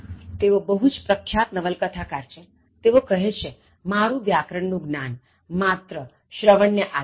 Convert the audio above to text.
તેઓ બહુ પ્રખ્યાત નવલકથાકાર છેતેઓ કહે છે કે મારું વ્યાકરણનું જ્ઞાન માત્ર શ્રવણને આધારે છે